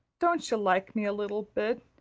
don't you like me a little bit,